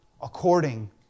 according